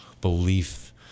belief